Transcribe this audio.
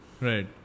Right